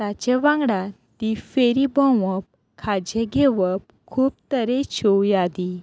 ताचे वांगडा ही फेरी भोंवप खाजें घेवप खूब तरेच्यो यादी